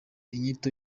inyito